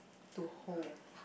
to hold